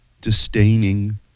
disdaining